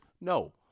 no